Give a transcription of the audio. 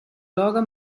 loro